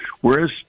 whereas